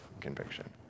conviction